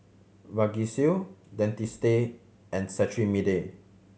Vagisil Dentiste and Cetrimide